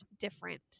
different